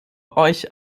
euch